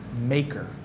maker